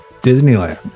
disneyland